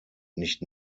nicht